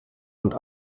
und